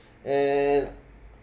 and